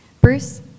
Bruce